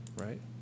right